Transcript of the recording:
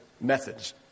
methods